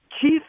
Chief